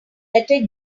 letter